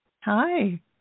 Hi